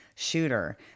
Shooter